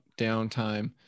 downtime